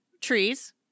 trees